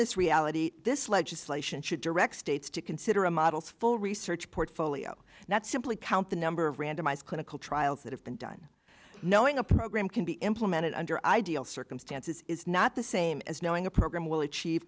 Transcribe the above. this reality this legislation should direct states to consider a model's full research portfolio not simply count the number of randomized clinical trials that have been done knowing a program can be implemented under ideal circumstances is not the same as knowing a program will achieve